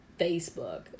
Facebook